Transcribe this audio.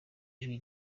ijwi